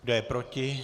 Kdo je proti?